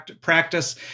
Practice